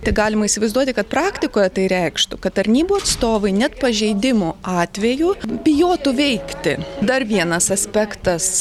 tai galima įsivaizduoti kad praktikoje tai reikštų kad tarnybų atstovai net pažeidimo atveju bijotų veikti dar vienas aspektas